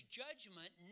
judgment